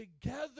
together